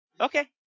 okay